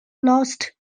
lost